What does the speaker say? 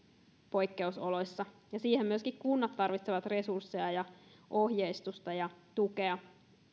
poikkeusoloissa ja siihen myöskin kunnat tarvitsevat resursseja ja ohjeistusta ja tukea